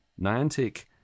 Niantic